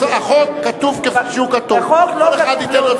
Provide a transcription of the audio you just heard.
הוועדה בתהליך מאוד מתקדם של